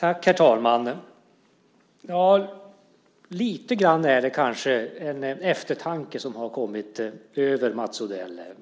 Herr talman! Lite grann är det kanske en eftertanke som har kommit över Mats Odell.